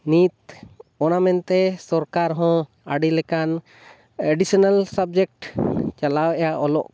ᱱᱤᱛ ᱚᱱᱟ ᱢᱮᱱᱛᱮ ᱥᱚᱨᱠᱟᱨ ᱦᱚᱸ ᱟᱹᱰᱤ ᱞᱮᱠᱟᱱ ᱮᱰᱤᱥᱚᱱᱟᱞ ᱥᱟᱵᱽᱡᱮᱠᱴ ᱪᱟᱞᱟᱣ ᱮᱭᱟ ᱚᱞᱚᱜ